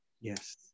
Yes